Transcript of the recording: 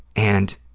and